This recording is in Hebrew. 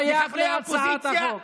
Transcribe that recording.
ככה עובדת קואליציה וככה אופוזיציה,